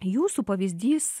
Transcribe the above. jūsų pavyzdys